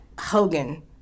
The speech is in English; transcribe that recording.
Hogan